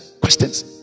questions